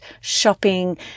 shopping